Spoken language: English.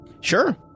Sure